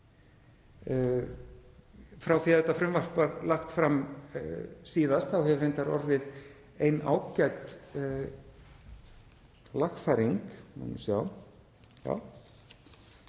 Frá því að þetta frumvarp var lagt fram síðast hefur reyndar orðið ein ágæt lagfæring. Þjóðskrá